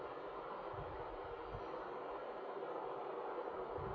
the